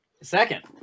second